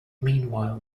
meanwhile